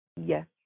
yes